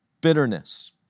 bitterness